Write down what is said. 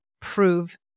prove